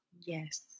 Yes